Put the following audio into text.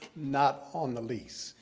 not on the lease.